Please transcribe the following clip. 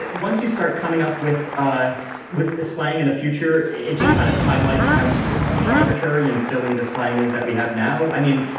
once you start coming up with ah with slang in the future, it just kind of highlights how arbitrary and silly the slang is that we have now. i mean,